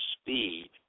speed